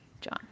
John